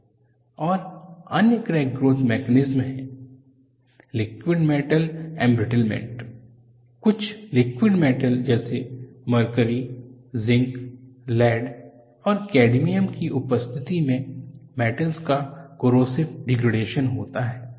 liquid metal embrittlement और अन्य crack growth mechanisms है लिक्वड मेटल एंब्रिटलमेंट कुछ लिक्वड मेटल्स जैसे मर्करी ज़िंक लैड और कैडमियम की उपस्थिति में मेटल्स का कोरोसिव डिग्रेडेशन होता है